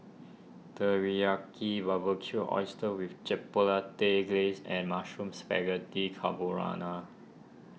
Teriyaki Barbecued Oysters with Chipotle Glaze and Mushroom Spaghetti Carbonara